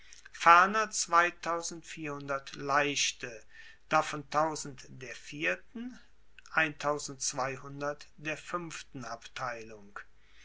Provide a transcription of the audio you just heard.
ferner leichte davon der vierten der fuenften abteilung